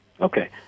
Okay